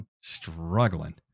struggling